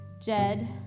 Jed